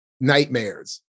nightmares